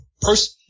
person